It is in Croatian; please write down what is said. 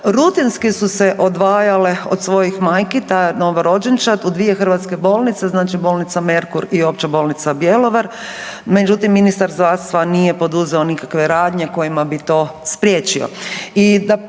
rutinski su se odvajale od svojih majki ta novorođenčad u dvije hrvatske bolnice znači bolnica Merkur i Opća bolnica Bjelovar. Međutim, ministar zdravstva nije poduzeo nikakve radnje kojima bi to spriječio.